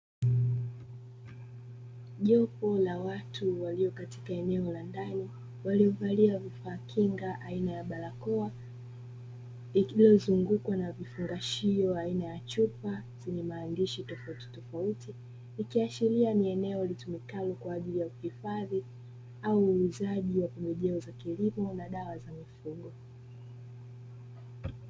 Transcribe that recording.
Jopo la watu walio katika eneo la ndani waliovalia vifaa kinga aina ya barakoa, lililozungukwa na vifungashio aina ya chupa zenye maandishi tofautitofauti, ikiashiria ni eneo litumikalo kwaajili ya kuhifadhi au uuzaji wa pembejeo za kilimo na dawa za mifugo.